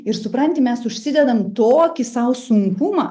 ir supranti mes užsidedam tokį sau sunkumą